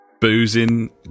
boozing